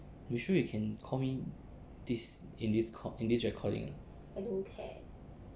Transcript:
you sure you can call me this in this call in this recording ah